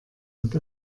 mit